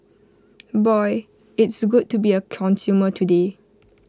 boy it's good to be A consumer today